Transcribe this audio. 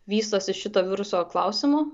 vystosi šito viruso klausimu